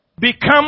become